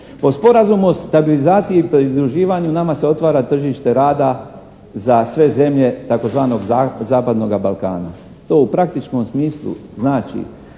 Po Sporazumu o stabilizaciji i pridruživanju nama se otvara tržište rada za sve zemlje tzv. zapadnoga Balkana. To u praktičnom smislu znači